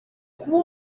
kuba